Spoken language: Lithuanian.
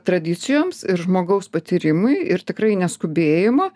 tradicijoms ir žmogaus patyrimui ir tikrai neskubėjimo